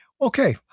Okay